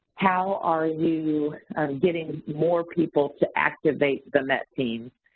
how are you getting more people to activate the met team?